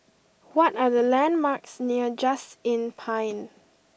what are the landmarks near Just Inn Pine